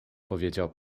powiedział